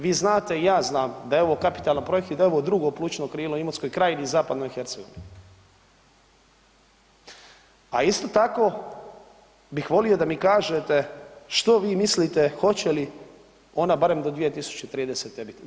Vi znate i ja znam da je ovo kapitalan projekt i da je ovo drugo plućno krilo Imotskoj krajini i zapadnoj Hercegovini, a isto tako bih volio da mi kažete što vi mislite hoće li ona barem do 2030. biti.